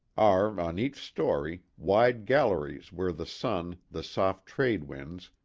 are, on each story, wide galleries where the sun, the soft trade-winds,